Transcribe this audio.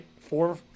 four